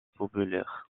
populaires